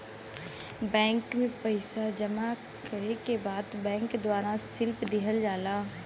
bank में पइसा जमा करे के बाद बैंक द्वारा स्लिप दिहल जाला